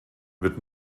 wird